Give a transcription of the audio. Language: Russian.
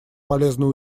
полезное